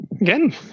Again